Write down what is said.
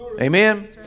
Amen